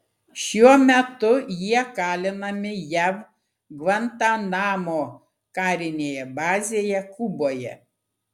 šiuo metu jie kalinami jav gvantanamo karinėje bazėje kuboje